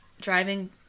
driving